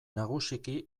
nagusiki